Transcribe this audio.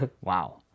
Wow